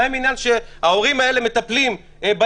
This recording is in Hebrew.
מה עם העניין שההורים האלה מטפלים בילד